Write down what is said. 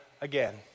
again